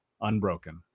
unbroken